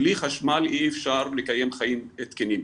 בלי חשמל אי אפשר לקיים חיים תקינים.